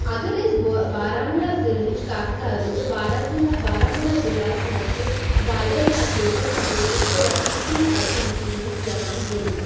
اگر أسۍ بارہمولہ ضلعہٕچ کَتھ کَرو تہٕ بارہ ضِلعہ بارہمولہ ضلعس منٛز چھِ وارِیاہ زیادٕ لوکل سپوٹٕس تہٕ رٮ۪کریشنل اٮ۪کٹِوِٹیٖز یِوان گِنٛدنہٕ